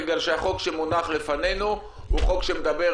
בגלל שהחוק שמונח לפנינו הוא חוק שמדבר